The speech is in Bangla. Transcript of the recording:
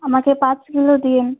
আমাকে পাঁচ কিলো দিন